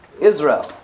Israel